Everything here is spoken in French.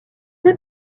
fait